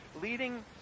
leading